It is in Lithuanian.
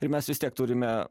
ir mes vis tiek turime